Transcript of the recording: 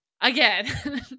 again